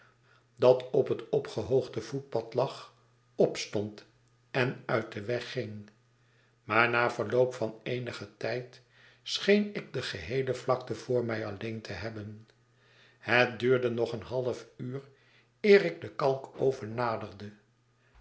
dat op het opgehoogde voetpad lag opstond en uit den weg ging maar na verloop van eenigen tijd scheen ik de geheele vlakte voor mij alleen te hebben het duurde nog een half uur eer ik den kalkoven naderde